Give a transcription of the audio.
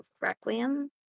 Requiem